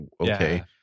okay